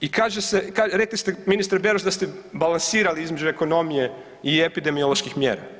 I kaže se, rekli ste ministre Beroš da ste balansirali između ekonomije i epidemioloških mjera.